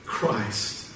Christ